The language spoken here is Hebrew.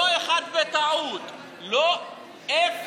לא אחד בטעות, אפס.